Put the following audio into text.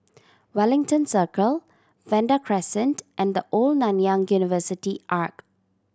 Wellington Circle Vanda Crescent and The Old Nanyang University Arch